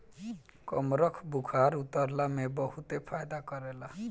कमरख बुखार उतरला में बहुते फायदा करेला